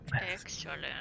Excellent